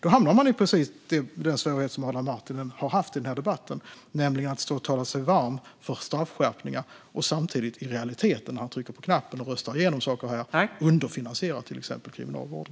Då hamnar man i precis den svårighet som Adam Marttinen har haft i denna debatt, nämligen att man står och talar sig varm för straffskärpningar och samtidigt i realiteten, när man trycker på knappen och röstar igenom saker här, underfinansierar till exempel Kriminalvården.